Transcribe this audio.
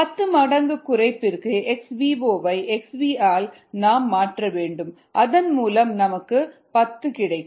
10 மடங்கு குறைப்புக்கு xvo வை xv ஆல் நாம் மாற்ற வேண்டும் அதன் மூலம் நமக்கு 10 கிடைக்கும்